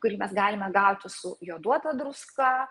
kurį mes galime gauti su joduota druska